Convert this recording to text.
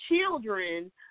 children –